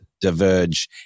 diverge